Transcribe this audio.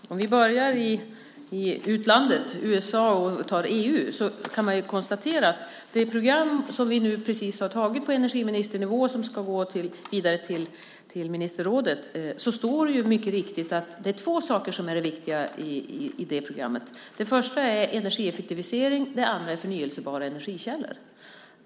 Herr talman! Om vi börjar i utlandet, med USA och EU, kan vi konstatera att i det program som vi precis har antagit på energiministernivå och som ska gå vidare till ministerrådet står det mycket riktigt att det är två saker som är viktiga. Det första är energieffektivisering, och det andra är förnybara energikällor.